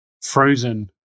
frozen